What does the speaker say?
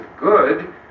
good